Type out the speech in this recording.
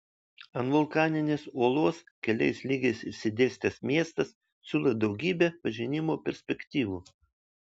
ant vulkaninės uolos keliais lygiais išsidėstęs miestas siūlo daugybę pažinimo perspektyvų